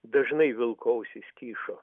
dažnai vilko ausys kyšo